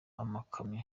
amakamyo